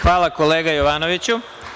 Hvala kolega Jovanoviću.